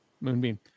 Moonbeam